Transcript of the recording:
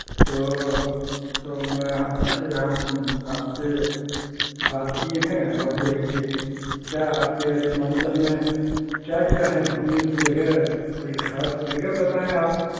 تو تو میں ہم آپ سے بات کیے ہیں اور جو ہے کہ کیا آپ کے سیمانچل میں کیا کیا ہیں گھومنے کی جگہ کوئی خاص جگہ بتائیں آپ